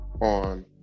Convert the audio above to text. on